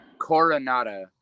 Coronada